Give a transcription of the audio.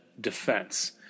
defense